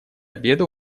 обеда